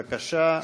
בבקשה.